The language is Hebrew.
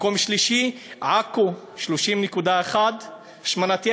מקום שלישי, עכו, עם 30.1% השמנת יתר.